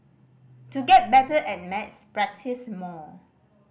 to get better at maths practise more